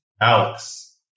Alex